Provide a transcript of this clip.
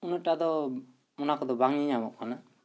ᱩᱱᱟᱹᱜ ᱴᱟᱜ ᱫᱚ ᱚᱱᱟ ᱠᱚᱫᱚ ᱵᱟᱝ ᱧᱮᱧᱟᱢᱚᱜ ᱠᱟᱱᱟ